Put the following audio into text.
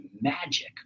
magic